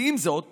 ועם זאת